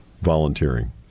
volunteering